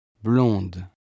blonde